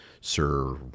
Sir